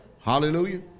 Hallelujah